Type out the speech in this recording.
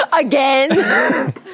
Again